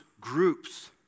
groups